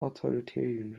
authoritarian